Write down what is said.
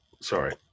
Sorry